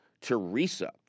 Teresa